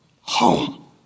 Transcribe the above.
Home